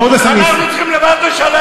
מים וניקיון